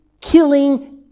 killing